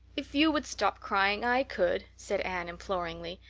if you would stop crying i could, said anne imploringly.